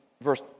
verse